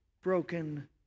broken